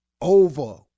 over